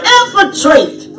infiltrate